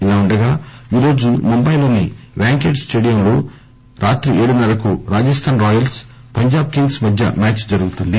ఇలా ఉండగా ఈరోజు ముంబాయిలోని వాంఖేడ్ స్టేడియంలో రాత్రి ఎడున్న రకు రాజస్థాన్ రాయల్స్ పంజాబ్ కింగ్స్ మధ్య మ్యాచ్ జరుగుతుంది